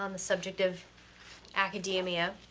um the subject of academia,